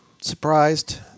surprised –